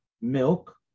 milk